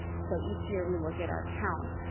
so each year we look at our counts.